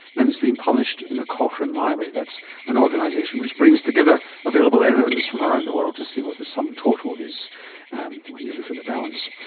and it's been published in the cochrane library, that's an organisation which brings together available evidence from around the world to see what the sum total is when you look at the balance.